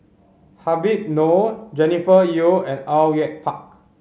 Habib Noh Jennifer Yeo and Au Yue Pak